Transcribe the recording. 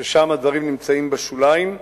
ששם הדברים נמצאים בשוליים,